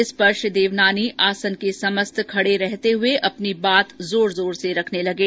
इस पर श्री देवनानी आसन के समस्त खड़े रहते हुए अपनी बात जोर जोर से रखने लगे